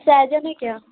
सहजन है क्या